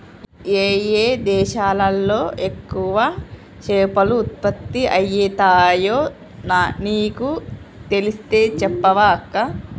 ఏయే దేశాలలో ఎక్కువ చేపలు ఉత్పత్తి అయితాయో నీకు తెలిస్తే చెప్పవ అక్కా